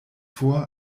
vor